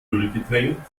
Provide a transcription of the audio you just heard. ölgetränkt